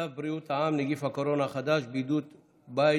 צו בריאות העם (נגיף הקורונה החדש) (בידוד בית